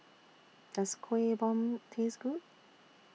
Does Kueh Bom Taste Good